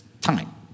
time